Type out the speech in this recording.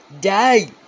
day